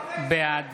בעד